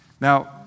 Now